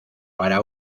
para